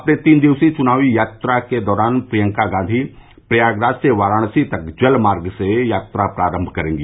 अपनी तीन दिवसीय चुनावी यात्रा के दौरान प्रियंका गांधी प्रयागराज से वाराणसी तक जल मार्ग से यात्रा प्रारंभ करेगी